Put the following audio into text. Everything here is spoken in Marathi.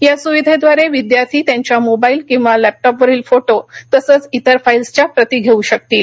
या सुविधेद्वारे विद्यार्थी त्यांच्या मोबाईल किंवा लॅपटॉपवरील फोटो तसंच इतर फाईल्सच्या प्रती घेऊ शकतील